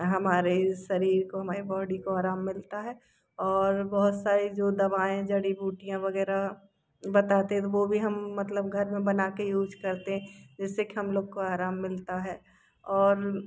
हमारे शरीर को हमारे बॉडी को आराम मिलता है और बहुत सारी जो दवाएँ जड़ी बूटियाँ वग़ैरह बताते हैं वो भी हम मतलब घर में बना कर यूज करते हैं जिससे कि हम लोग को आराम मिलता है और